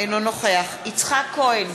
אינו נוכח יצחק כהן,